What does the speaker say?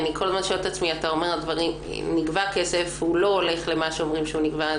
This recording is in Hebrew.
אתה אומר שנגבה כסף והוא לא הולך למה שאומרים שהוא נגבה,